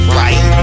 right